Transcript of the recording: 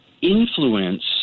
influence